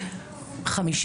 אולי,